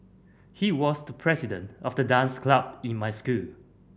he was the president of the dance club in my school